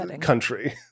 country